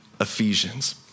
Ephesians